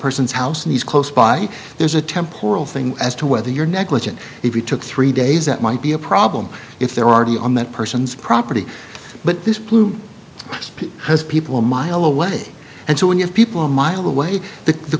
person's house and he's close by there's a temporal thing as to whether you're negligent if you took three days that might be a problem if there are two on that person's property but this plume has people a mile away and so when you have people a mile away